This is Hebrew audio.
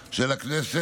של הכנסת,